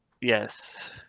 Yes